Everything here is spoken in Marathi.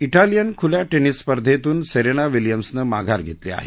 डोलियन खुल्या टेनिस स्पर्धेतून सेरेना विल्यम्सनं माघार घेतली आहे